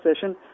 session